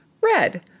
Red